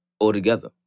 altogether